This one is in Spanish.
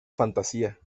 fantasía